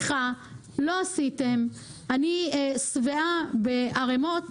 אני שבעה בערימות